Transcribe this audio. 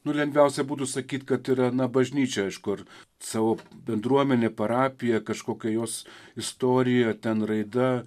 nu lengviausia būtų sakyt kad yra na bažnyčia iš kur savo bendruomenė parapija kažkokia jos istorija ten raida